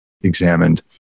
examined